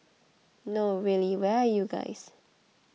no really where are you guys